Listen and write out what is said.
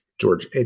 george